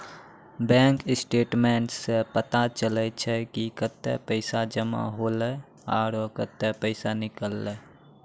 bank statements सें पता चलै छै कि कतै पैसा जमा हौले आरो कतै पैसा निकललै